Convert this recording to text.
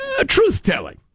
truth-telling